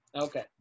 Okay